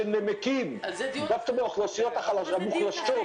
דווקא מן האוכלוסיות המוחלשות,